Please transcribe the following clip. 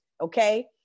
okay